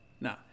no